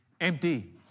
empty